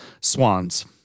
Swans